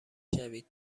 شوید